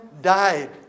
died